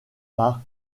par